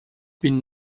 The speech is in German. bin